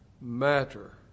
matter